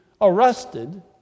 arrested